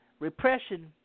Repression